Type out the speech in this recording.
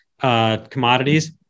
Commodities